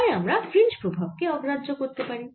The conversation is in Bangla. তাই আমরা ফ্রিঞ্জ প্রভাব কে অগ্রাহ্য করতে পারি